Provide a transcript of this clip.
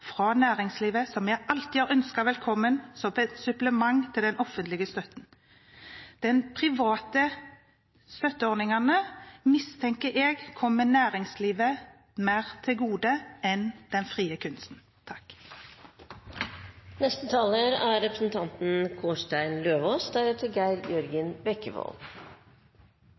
fra næringslivet, noe vi alltid har ønsket velkommen som et supplement til den offentlige støtten. Jeg mistenker at de private støtteordningene mer vil komme næringslivet til gode enn den frie kunsten.